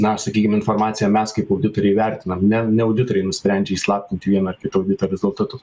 na sakykim informaciją mes kaip auditoriai vertinam ne ne auditoriai nusprendžia įslaptinti vieno ar kito audito rezultatus